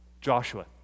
Joshua